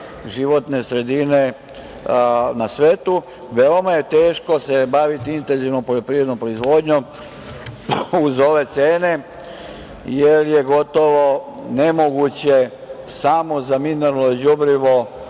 životne sredine na svetu. Veoma je teško baviti se intenzivno poljoprivrednom proizvodnjom uz ove cene, jer je gotovo nemoguće samo za mineralno đubrivo